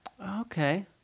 Okay